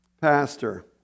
pastor